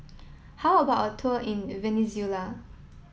how about a tour in Venezuela